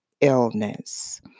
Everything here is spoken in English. illness